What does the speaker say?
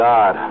God